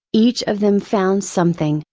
each of them found something,